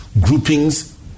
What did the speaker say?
groupings